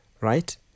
right